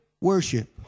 worship